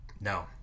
No